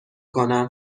کنم